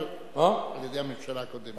על-ידי הממשלה הקודמת.